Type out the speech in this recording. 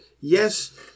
yes